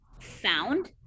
found